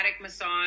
massage